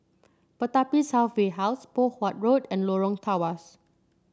Pertapis Halfway House Poh Huat Road and Lorong Tawas